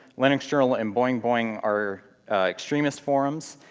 linux journal and boing boing are extremist forums,